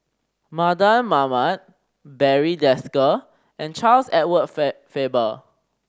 Mardan Mamat Barry Desker and Charles Edward Feb Faber